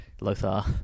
Lothar